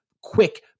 quick